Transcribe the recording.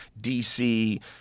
DC